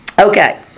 Okay